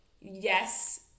yes